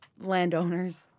landowners